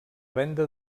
venda